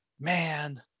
man